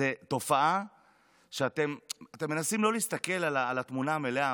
אתם מנסים לא להסתכל על התמונה המלאה,